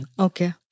Okay